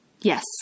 Yes